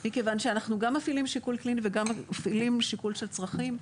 מכיוון שאנחנו גם מפעילים שיקול קליני וגם מפעילים שיקול של צרכים.